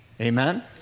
Amen